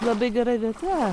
labai gera vieta